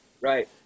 Right